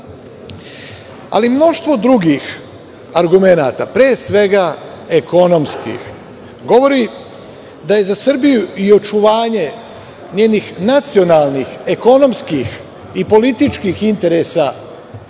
Ali, mnoštvo drugih argumenata, pre svega ekonomskih, govori da je za Srbiju i očuvanje njenih nacionalnih, ekonomskih i političkih interesa